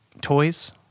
toys